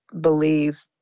believe